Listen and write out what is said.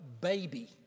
baby